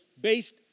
based